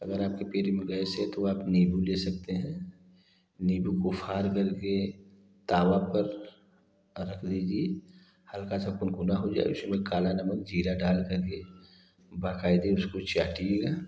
अगर आपके पेट में गैस है तो आप नीम्बू ले सकते हैं नीबू को फाड़ करके तावा पर रख दीजिए हल्का सा कुनकुना हो जाए उसमें काला नमक ज़ीरा डाल करके बक़ायदा उसको चाटिए